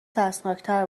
ترسناکتر